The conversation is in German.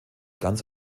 ganz